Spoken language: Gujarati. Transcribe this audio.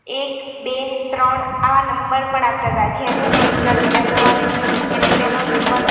એક બે ત્રણ આ નંબર પણ આપતા હતા જેનું બળદગાડું પહેલું આવે એને પહેલો નંબર